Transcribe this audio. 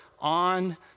on